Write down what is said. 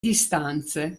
distanze